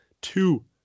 Two